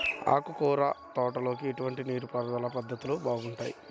ఆకుకూరల తోటలకి ఎటువంటి నీటిపారుదల పద్ధతులు బాగుంటాయ్?